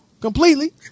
completely